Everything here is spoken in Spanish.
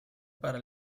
para